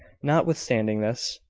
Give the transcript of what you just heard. notwithstanding this,